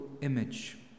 image